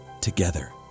together